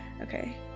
okay